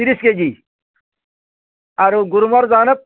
ତିରିଶ୍ କେଜି ଆରୁ ଗୁର୍ମର୍ ଦାନା